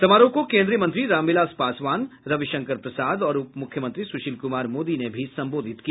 समारोह को केन्द्रीय मंत्री रामविलास पासवान रविशंकर प्रसाद और उपमुख्यमंत्री सुशील कुमार मोदी ने भी संबोधित किया